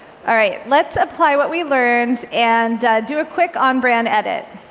all right, let's apply what we learned and do a quick on-brand edit.